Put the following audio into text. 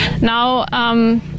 Now